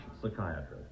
psychiatrist